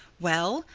well,